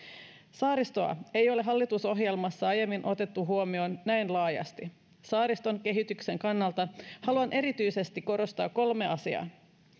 saaristoa ei ole hallitusohjelmassa aiemmin otettu huomioon näin laajasti saariston kehityksen kannalta haluan erityisesti korostaa kolmea asiaa